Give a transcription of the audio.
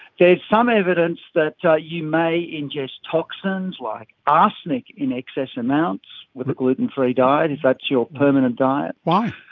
there is some evidence that that you may ingest toxins like arsenic in excess amounts with a gluten-free diet if that's your permanent diet. why?